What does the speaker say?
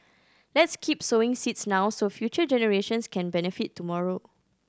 let's keep sowing seeds now so future generations can benefit tomorrow